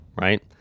right